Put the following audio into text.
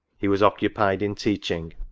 he was occupied in teaching.